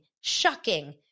shocking